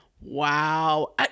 wow